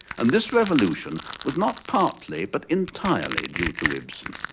and this revolution was not partly but entirely due to ibsen.